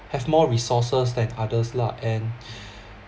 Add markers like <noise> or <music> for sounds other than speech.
have more resources than others lah and <breath>